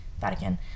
Vatican